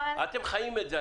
אתם חיים את זה.